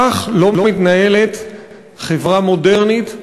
כך לא מתנהלת חברה מודרנית,